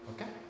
Okay